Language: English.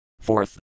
Fourth